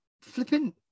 flipping